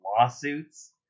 lawsuits